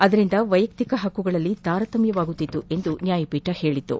ಅದರಿಂದ ವೈಯಕ್ತಿಕ ಹಕ್ಕುಗಳಲ್ಲಿ ತಾರತಮ್ಯವಾಗುತ್ತಿತ್ತು ಎಂದು ಪೀಠ ಹೇಳಿತು